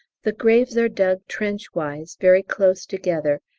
the graves are dug trenchwise, very close together,